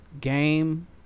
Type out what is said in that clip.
game